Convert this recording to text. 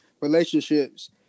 relationships